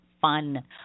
fun